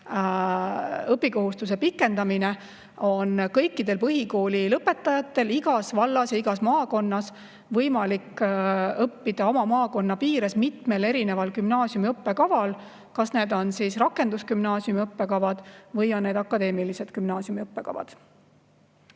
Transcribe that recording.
õpikohustuse pikendamine, on kõikidel põhikooli lõpetajatel igas vallas ja igas maakonnas võimalik õppida oma maakonna piires mitmel erineval gümnaasiumi õppekaval, kas need on rakendusgümnaasiumi õppekavad või on need akadeemilise gümnaasiumi õppekavad.